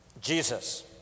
Jesus